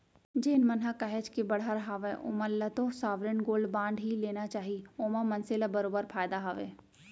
जेन मन ह काहेच के बड़हर हावय ओमन ल तो साँवरेन गोल्ड बांड ही लेना चाही ओमा मनसे ल बरोबर फायदा हावय